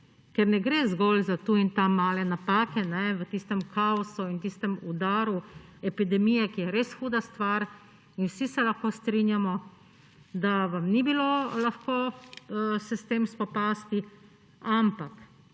ker ne gre zgolj za tu in tam male napake v tistem kaosu in tistem udaru epidemije, ki je res huda stvar. Vsi se lahko strinjamo, da vam ni bilo lahko s tem se spopasti, ampak